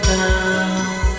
down